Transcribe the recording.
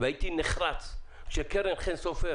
והייתי נחרץ כשקרן חן סופר